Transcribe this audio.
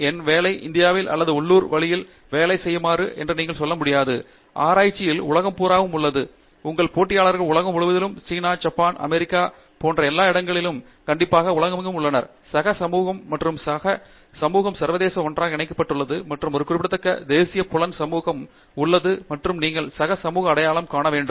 என் வேலை இந்தியாவில் அல்லது ஒரு உள்ளூர் வழியில் வேலை செய்யாது என்று நீங்கள் சொல்ல முடியாது ஆராய்ச்சியில் உலகம் பூராவும் உள்ளது உங்கள் போட்டியாளர்கள் உலகம் முழுவதிலும் சீனா ஜப்பான் அமெரிக்கா ஐரோப்பா எல்லா இடங்களிலும் மற்றும் எல்லா இடங்களிலும் கண்டிப்பாக உலகெங்கும் உள்ளனர் சக சமூகம் மற்றும் சக சமூகம் சர்வதேச ஒன்றாக இணைக்கப்பட்டுள்ளது மற்றும் ஒரு குறிப்பிடத்தக்க தேசிய புலன் சமூகமும் உள்ளது மற்றும் நீங்கள் சக சமூகத்தை அடையாளம் காண வேண்டும்